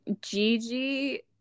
Gigi